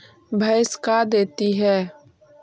भैंस का देती है?